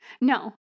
No